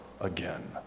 again